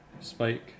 spike